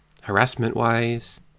harassment-wise